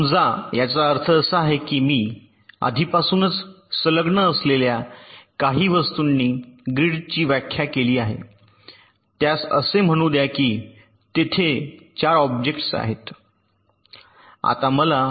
समजा याचा अर्थ असा आहे की मी आधीपासूनच संलग्न असलेल्या काही वस्तूंनी ग्रिडची व्याख्या केली आहे त्यास असे म्हणू द्या की तेथे 4 ऑब्जेक्ट्स आहेत